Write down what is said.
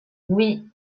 oui